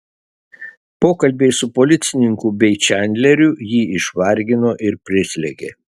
pokalbiai su policininku bei čandleriu jį išvargino ir prislėgė